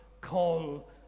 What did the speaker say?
call